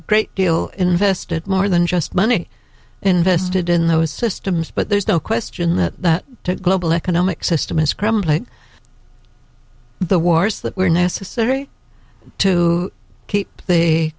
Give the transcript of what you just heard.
great deal invested more than just money invested in those systems but there's no question that that global economic system is crumbling the wars that were necessary to keep the